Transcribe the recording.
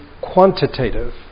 quantitative